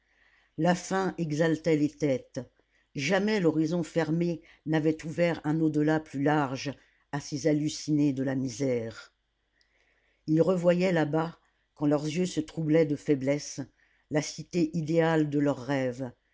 la faim exaltait les têtes jamais l'horizon fermé n'avait ouvert un au-delà plus large à ces hallucinés de la misère ils revoyaient là-bas quand leurs yeux se troublaient de faiblesse la cité idéale de leur rêve